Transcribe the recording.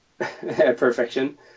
Perfection